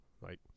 right